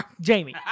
Jamie